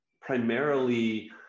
primarily